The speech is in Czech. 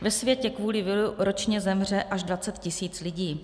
Ve světě kvůli viru ročně zemře až 20 tisíc lidí.